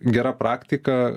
gera praktika